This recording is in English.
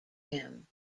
him